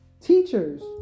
teachers